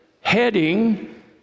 heading